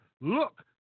Look